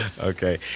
Okay